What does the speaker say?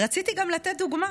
רציתי גם לתת דוגמה.